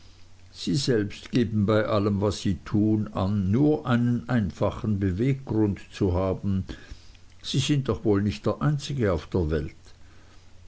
sie selbst geben bei allem was sie tun an nur einen einfachen beweggrund zu haben sie sind doch wohl nicht der einzige auf der welt